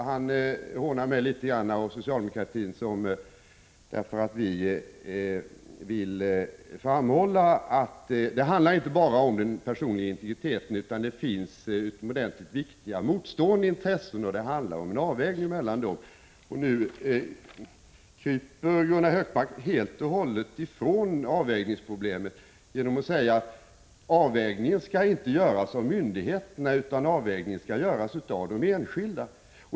Han hånar mig och socialdemokratin litet grand därför att vi vill framhålla att det inte bara handlar om den personliga integriteten, utan det finns också utomordentligt viktiga motstående intressen som man måste göra en avvägning mellan. Nu försöker Gunnar Hökmark helt och hållet komma ifrån avvägningsproblemet genom att säga att avvägningen inte skall göras av myndigheterna utan av de enskilda.